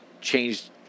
changed